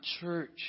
church